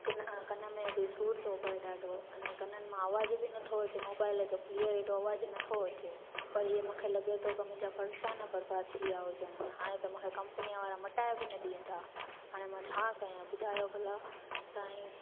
किन कन में बि सूरु थो पए ॾाढो अने कननि मां आवाज़ बि नथो अचे मोबाइल जो क्लियर हेॾो आवाज़ नथो अचे पर हीअं मूंखे लॻे थो की मुंहिंजा पैसा न बर्बाद न थिया हुजनि हाणे त मूंखे कंपनीअ वारा मटाए बि न ॾींदा हाणे मां छा कया ॿुधायो भला तव्हां ई